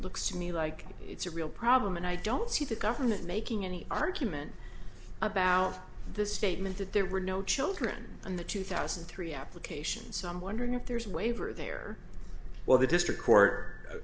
looks to me like it's a real problem and i don't see the government making any argument about the statement that there were no children in the two thousand and three applications so i'm wondering if there's a waiver there well the district court